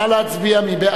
נא להצביע.